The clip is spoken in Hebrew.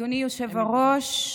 אדוני היושב-ראש,